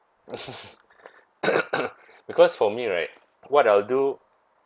because for me right what I'll do